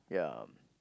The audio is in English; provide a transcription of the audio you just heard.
ya